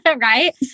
Right